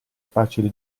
facile